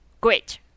great